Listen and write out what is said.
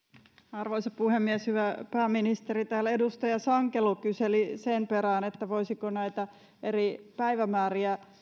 arvoisa puhemies hyvä pääministeri täällä edustaja sankelo kyseli sen perään voisiko näitä eri päivämääriä